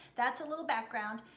that's a little background.